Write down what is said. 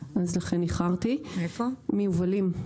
מיובלים,